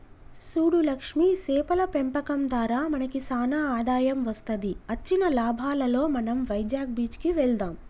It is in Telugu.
సూడు లక్ష్మి సేపల పెంపకం దారా మనకి సానా ఆదాయం వస్తది అచ్చిన లాభాలలో మనం వైజాగ్ బీచ్ కి వెళ్దాం